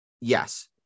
Yes